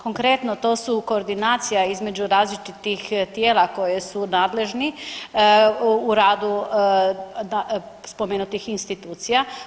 Konkretno, to su koordinacija između različitih tijela koje su nadležni u radu spomenutih institucija.